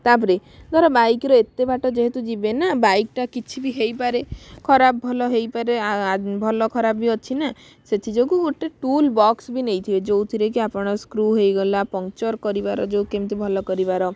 ତାପରେ ଧର ବାଇକ ରେ ଏତେ ବାଟ ଯେହେତୁ ଯିବେ ନା ବାଇକଟା କିଛି ବି ହେଇପାରେ ଖରାପ ଭଲ ହେଇପାରେ ଭଲ ଖରାପ ବି ଅଛି ନା ସେଥିଯୋଗୁଁ ଗୋଟେ ଟୁଲବକ୍ସ ବି ନେଇଥିବେ ଯେଉଁଥିରେ କି ଆପଣ ସ୍କୃ ହେଇଗଲା ପଂଚର କରିବାର ଯେଉଁ କେମିତି ଭଲ କରିବାର